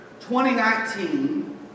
2019